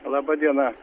laba diena